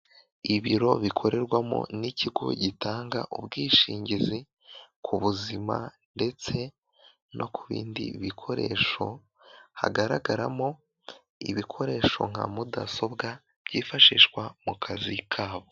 Ibiro bikorerwamo n'ikigo gitanga ubwishingizi ku buzima ndetse no ku bindi bikoresho, hagaragaramo ibikoresho nka mudasobwa byifashishwa mu kazi kabo.